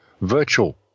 virtual